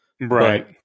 right